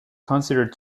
considered